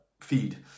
feed